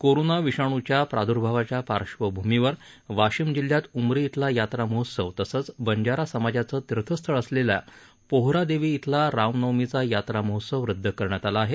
corona विषाण्च्या प्रादुर्भावाच्या पार्श्वभूमीवर वाशिम जिल्ह्यात उमरी इथला यात्रा महोत्सव तसंच बंजारा समाजाचं तीर्थस्थळ असलेल्या पोहरादेवी इथला रामनवमीचा यात्रा महोत्सव रदद करण्यात आला आहे